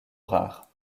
rare